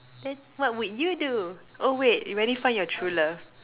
then what would you do oh wait you already find your true love